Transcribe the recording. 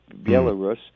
Belarus